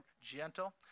gentle